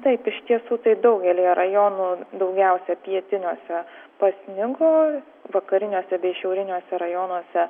taip iš tiesų tai daugelyje rajonų daugiausia pietiniuose pasnigo vakariniuose šiauriniuose rajonuose